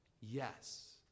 Yes